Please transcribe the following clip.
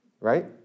Right